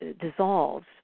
dissolves